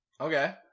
Okay